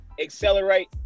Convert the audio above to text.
accelerate